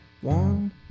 One